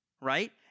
right